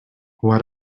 why